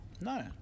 No